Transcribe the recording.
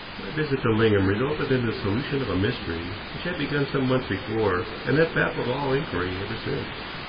my visit to lingham resulted in the solution of a mystery which had begun some months before and had baffled all inquiry ever since.